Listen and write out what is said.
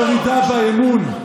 זו ירידה באמון.